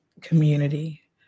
community